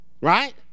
Right